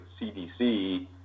CDC